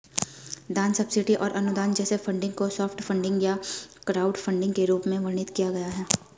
दान सब्सिडी और अनुदान जैसे फंडिंग को सॉफ्ट फंडिंग या क्राउडफंडिंग के रूप में वर्णित किया गया है